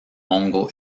hongo